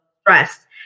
stress